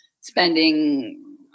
spending